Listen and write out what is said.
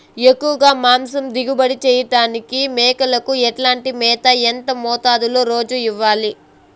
ఎక్కువగా మాంసం దిగుబడి చేయటానికి మేకలకు ఎట్లాంటి మేత, ఎంత మోతాదులో రోజు ఇవ్వాలి?